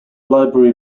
library